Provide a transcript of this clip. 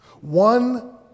one